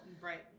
right